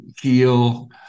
heal